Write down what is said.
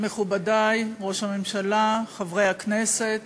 מכובדי ראש הממשלה, חברי הכנסת,